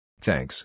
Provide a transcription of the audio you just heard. Thanks